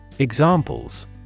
Examples